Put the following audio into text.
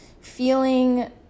feeling